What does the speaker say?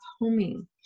homing